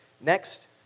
Next